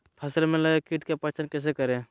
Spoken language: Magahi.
फ़सल में लगे किट का पहचान कैसे करे?